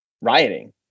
rioting